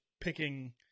picking